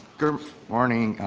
good morning,